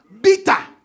bitter